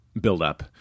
buildup